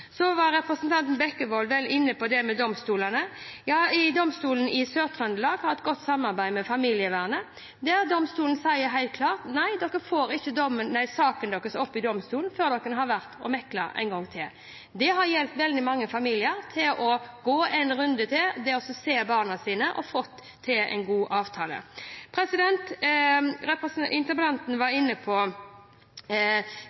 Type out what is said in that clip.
Så var representanten Bekkevold inne på dette med domstolene. Domstolen i Sør-Trøndelag har et godt samarbeid med familievernet, der domstolen sier helt klart: Nei, dere får ikke saken deres opp i domstolen før dere har vært og meklet en gang til. Det har hjulpet veldig mange familier til å gå en runde til, til å se barna sine og til ha fått til en god avtale. Interpellanten var inne på